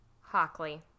Hockley